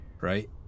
right